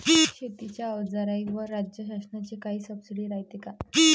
शेतीच्या अवजाराईवर राज्य शासनाची काई सबसीडी रायते का?